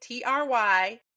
try